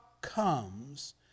comes